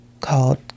called